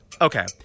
Okay